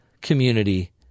community